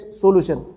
solution